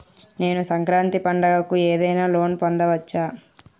నేను సంక్రాంతి పండగ కు ఏదైనా లోన్ పొందవచ్చా?